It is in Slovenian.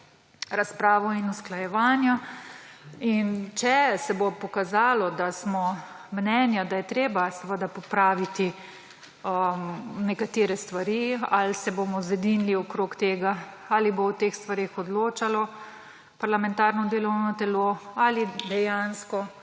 razpravo in usklajevanja. Če se bo pokazalo, da smo mnenja, da je treba popraviti nekatere stvari, če se bomo zedinili okoli tega, ali bo o teh stvareh odločalo parlamentarno delovno telo ali dejansko